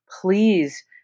Please